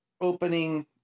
opening